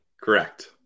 Correct